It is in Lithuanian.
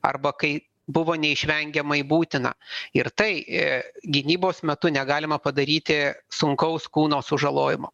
arba kai buvo neišvengiamai būtina ir tai gynybos metu negalima padaryti sunkaus kūno sužalojimo